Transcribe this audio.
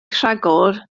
rhagor